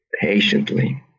patiently